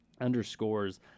underscores